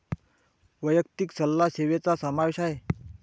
वैयक्तिक सल्ला सेवेचा समावेश आहे